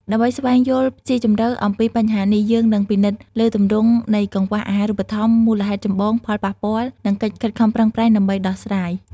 ដើម្បីស្វែងយល់ស៊ីជម្រៅអំពីបញ្ហានេះ យើងនឹងពិនិត្យលើទម្រង់នៃកង្វះអាហារូបត្ថម្ភ មូលហេតុចម្បង ផលប៉ះពាល់ និងកិច្ចខិតខំប្រឹងប្រែងដើម្បីដោះស្រាយ។